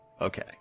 okay